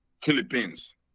Philippines